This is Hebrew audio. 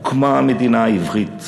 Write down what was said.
הוקמה המדינה העברית,